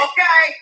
Okay